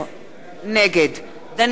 נגד דניאל אילון,